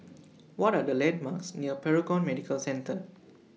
What Are The landmarks near Paragon Medical Centre